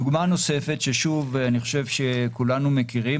דוגמה נוספת שאני חושב שכולנו מכירים,